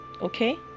okay